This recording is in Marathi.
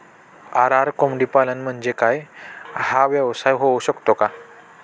आर.आर कोंबडीपालन म्हणजे काय? हा व्यवसाय होऊ शकतो का?